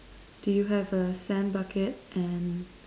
do you have a sand bucket and